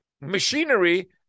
machinery